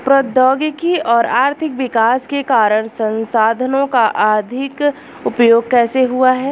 प्रौद्योगिक और आर्थिक विकास के कारण संसाधानों का अधिक उपभोग कैसे हुआ है?